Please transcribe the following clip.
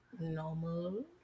normal